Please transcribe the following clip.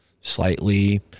slightly